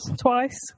twice